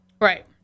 right